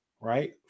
Right